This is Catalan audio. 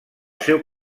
seu